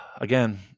Again